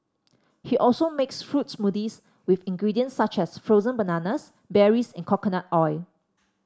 he also makes fruit smoothies with ingredients such as frozen bananas berries and coconut oil